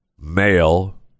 male